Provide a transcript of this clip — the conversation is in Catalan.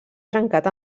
trencat